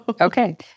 Okay